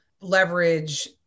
leverage